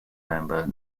member